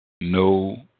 no